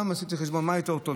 וגם עשיתי חשבון: מה יותר טוב,